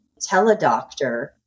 teledoctor